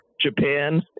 Japan